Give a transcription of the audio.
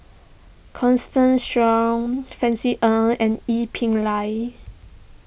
Constance Sheares Francis Ng and Ee Peng Liang